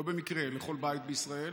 ולא במקרה, לכל בית בישראל